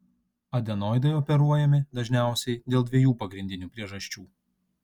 adenoidai operuojami dažniausiai dėl dviejų pagrindinių priežasčių